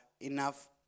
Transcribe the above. enough